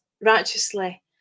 righteously